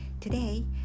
Today